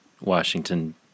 Washington